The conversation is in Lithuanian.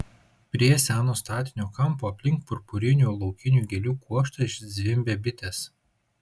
prie seno statinio kampo aplink purpurinių laukinių gėlių kuokštą zvimbė bitės